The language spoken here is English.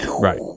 Right